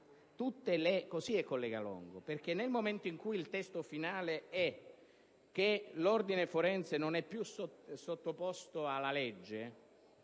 così, senatore Longo, perché nel momento in cui il testo finale prevede che l'Ordine forense non è più sottoposto alla legge